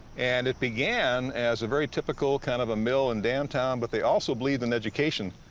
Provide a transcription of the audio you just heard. and it began as a very typical, kind of a mill and dam town, but they also believed in education.